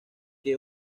que